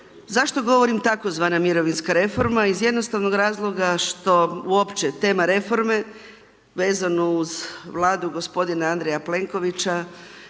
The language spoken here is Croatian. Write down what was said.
Zašto govorim tzv. mirovinska reforma, iz jednostavnog razloga, što uopće tema reforme, vezano uz vladu g. Andreja Plenkovića